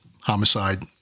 homicide